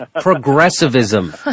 progressivism